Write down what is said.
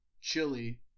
Chili